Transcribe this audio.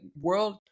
world